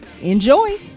Enjoy